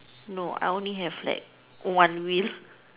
no I only have like one wheel